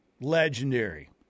Legendary